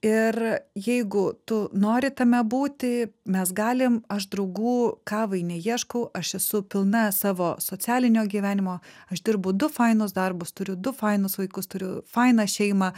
ir jeigu tu nori tame būti mes galim aš draugų kavai neieškau aš esu pilna savo socialinio gyvenimo aš dirbu du fainus darbus turiu du fainus vaikus turiu fainą šeimą